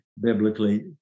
biblically